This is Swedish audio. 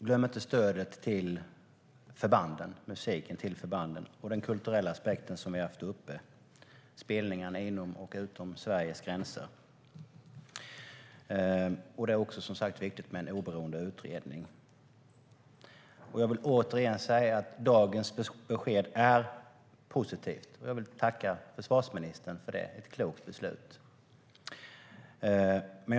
Vi får inte glömma stödet till förbanden, musiken till förbanden, den kulturella aspekten som vi har haft uppe och spelningarna inom och utom Sveriges gränser. Det är också som sagt viktigt med en oberoende utredning. Dagens besked är positivt. Jag vill tacka försvarsministern för det kloka beslutet.